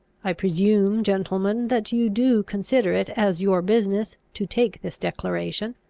i presume, gentlemen, that you do consider it as your business to take this declaration.